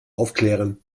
aufklären